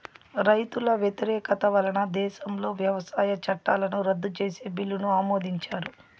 రైతుల వ్యతిరేకత వలన దేశంలో వ్యవసాయ చట్టాలను రద్దు చేసే బిల్లును ఆమోదించారు